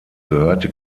gehörte